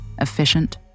efficient